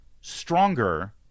stronger